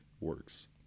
works